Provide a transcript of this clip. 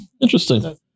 Interesting